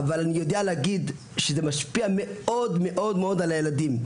ואני יודע לומר שזה דבר שמשפיע מאוד על הילדים.